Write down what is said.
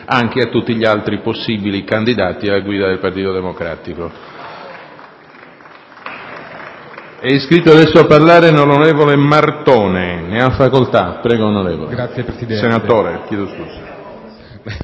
anche a tutti gli altri possibili candidati alla guida del Partito democratico.